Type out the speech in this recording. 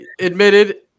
admitted